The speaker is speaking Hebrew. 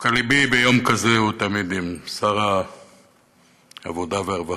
דווקא לבי ביום כזה הוא תמיד עם שר העבודה והרווחה.